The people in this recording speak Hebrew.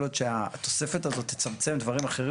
יכול להיות שהתוספת הזאת תצמצם דברים אחרים